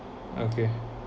okay